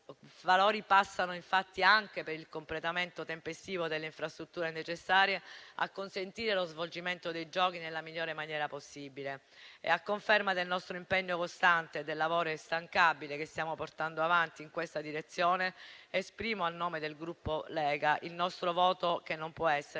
valori passano, infatti, anche per il completamento tempestivo delle infrastrutture necessarie a consentire lo svolgimento dei Giochi nella migliore maniera possibile. A conferma del nostro impegno costante e del lavoro instancabile che stiamo portando avanti in questa direzione, esprimo, a nome del Gruppo Lega, il nostro voto, che non può essere